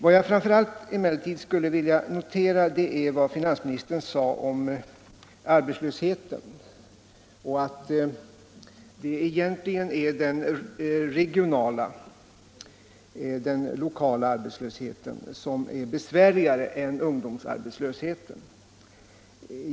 Vad jag framför allt vill notera är vad finansministern sade om arbetslösheten, nämligen att den regionala arbetslösheten egentligen är besvärligare än ungdomsarbetslösheten.